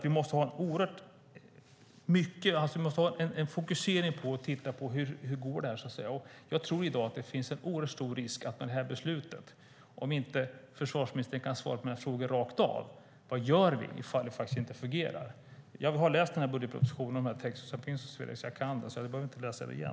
Vi måste därför titta noga på hur det går. Jag tror att det finns en risk med detta beslut om inte försvarsministern här och nu kan svara på min fråga om vad vi gör om det inte fungerar. Jag har läst budgetpropositionen och texterna om Swedec och kan dem, så jag behöver inte läsa dem igen.